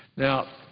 now,